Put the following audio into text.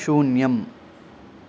शून्यम्